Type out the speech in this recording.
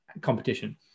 competition